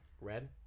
Red